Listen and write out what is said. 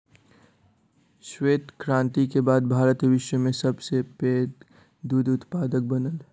श्वेत क्रांति के बाद भारत विश्व में सब सॅ पैघ दूध उत्पादक बनल